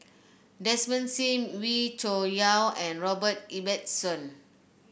Desmond Sim Wee Cho Yaw and Robert Ibbetson